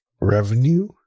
revenue